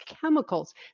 chemicals